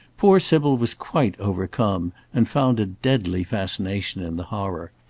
poor sybil was quite overcome, and found a deadly fascination in the horror.